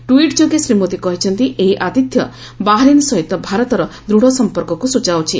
tweet ଯୋଗେ ଶ୍ରୀ ମୋଦି କହିଛନ୍ତି ଏହି ଆତିଥ୍ୟ ବାହାରିନ୍ ସହିତ ଭାରତର ଦୂଢ ସମ୍ପର୍କକ୍ ସ୍କଚାଉଛି